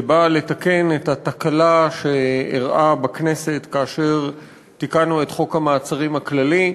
שבאה לתקן את התקלה שאירעה בכנסת כאשר תיקנו את חוק המעצרים הכללי.